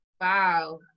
Wow